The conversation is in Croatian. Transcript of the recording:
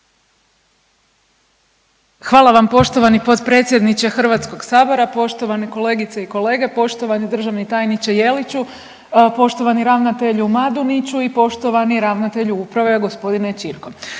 Hvala vam poštovani potpredsjedniče HS-a, poštovane kolegice i kolege, poštovani državni tajniče Jeliću, poštovani ravnatelju Maduniću i poštovani ravnatelju uprave, g. Čirko.